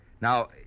Now